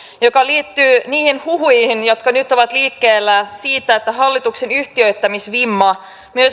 joka liittyy niihin huhuihin jotka nyt ovat liikkeellä siitä että hallituksen yhtiöittämisvimma